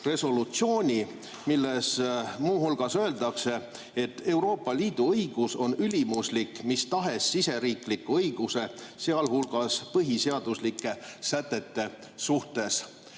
resolutsiooni, milles muu hulgas öeldakse, et Euroopa Liidu õigus on ülimuslik mis tahes siseriikliku õiguse, sh põhiseaduslike sätete suhtes.